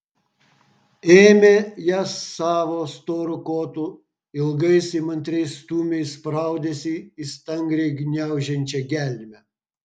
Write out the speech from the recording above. ėmė ją savo storu kotu ilgais įmantriais stūmiais spraudėsi į stangriai gniaužiančią gelmę